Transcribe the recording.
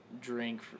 drink